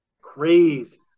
Crazy